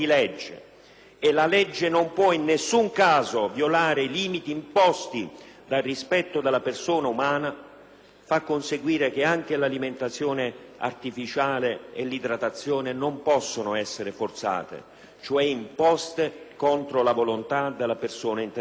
(e la legge non può in nessun caso violare i limiti imposti dal rispetto della persona umana), fa conseguire che anche l'alimentazione e l'idratazione artificiali non possono essere forzate, cioè imposte contro la volontà della persona interessata.